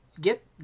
Get